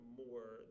more